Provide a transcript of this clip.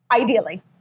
ideally